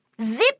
Zip